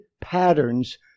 patterns